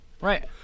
right